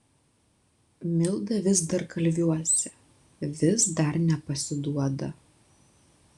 milda vis dar kalviuose vis dar nepasiduoda